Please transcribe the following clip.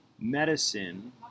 medicine